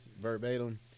verbatim